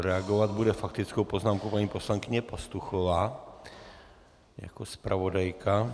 Reagovat bude s faktickou poznámkou paní poslankyně Pastuchová jako zpravodajka.